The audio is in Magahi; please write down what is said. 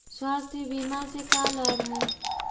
स्वास्थ्य बीमा से का लाभ है?